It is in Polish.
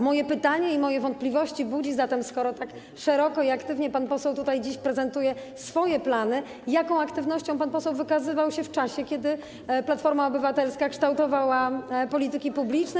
Moje pytanie, moje wątpliwości budzi to, skoro tak szeroko i aktywnie pan poseł dziś prezentuje tutaj swoje plany, jaką aktywnością pan poseł wykazywał się w czasie, kiedy Platforma Obywatelska kształtowała polityki publiczne.